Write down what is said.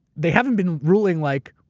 they haven't been ruling like,